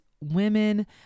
women